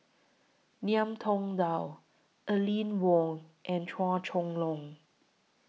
Ngiam Tong Dow Aline Wong and Chua Chong Long